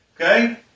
Okay